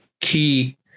key